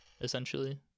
essentially